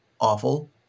awful